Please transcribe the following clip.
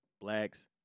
Blacks